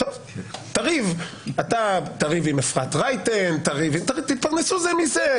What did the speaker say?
אתה תריב עם אפרת רייטן, תתפרנסו זה מזה.